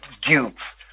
guilt